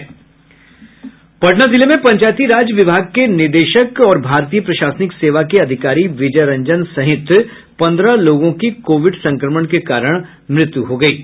पटना जिले में पंचायती राज विभाग के निदेशक और भारतीय प्रशासनिक सेवा के अधिकारी विजय रंजन सहित पन्द्रह लोगों की कोविड संक्रमण के कारण मृत्यु हो गयी है